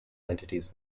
entities